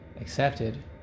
accepted